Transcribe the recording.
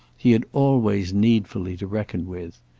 he had always needfully to reckon with.